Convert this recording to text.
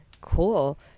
Cool